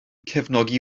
cefnogi